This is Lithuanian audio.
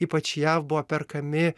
ypač jav buvo perkami